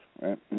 right